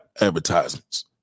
advertisements